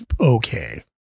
Okay